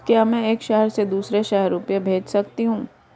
क्या मैं एक शहर से दूसरे शहर रुपये भेज सकती हूँ?